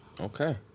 Okay